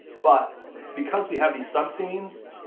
but because we have these subscenes,